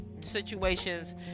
situations